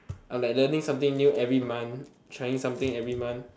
I'm like learning something new every month trying something every month